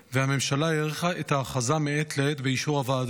והממשלה האריכה את ההכרזה מעת לעת באישור הוועדה.